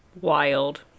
Wild